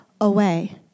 away